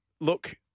look